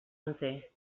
enter